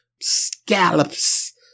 scallops